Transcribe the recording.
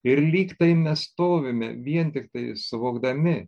ir lyg tai mes stovime vien tiktai suvokdami